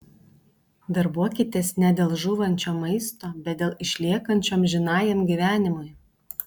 darbuokitės ne dėl žūvančio maisto bet dėl išliekančio amžinajam gyvenimui